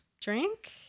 drink